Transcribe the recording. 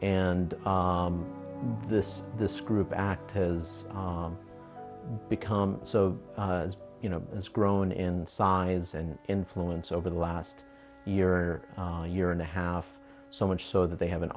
and ah this this group act has become so you know has grown in size and influence over the last year or a year and a half so much so that they have an